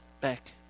back